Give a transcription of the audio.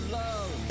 love